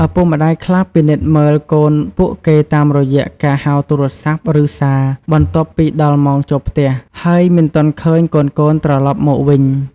ឪពុកម្តាយខ្លះពិនិត្យមើលកូនពួកគេតាមរយៈការហៅទូរស័ព្ទ ឬសារ បន្ទាប់ពីដល់ម៉ោងចូលផ្ទះ ហើយមិនទាន់ឃើញកូនៗត្រឡប់មកវិញ។